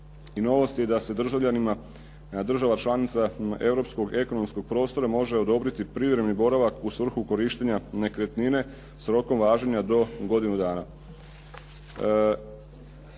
novost je da se državljanima država članica europskog ekonomskog prostora može odobriti privremeni boravak u svrhu korištenja nekretnine s rokom važenja do godinu dana.